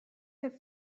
have